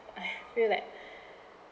I feel like